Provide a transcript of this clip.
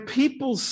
people